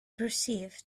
perceived